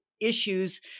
issues